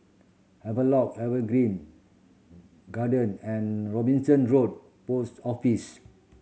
Havelock Evergreen Garden and Robinson Road Post Office